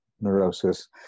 neurosis